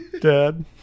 dad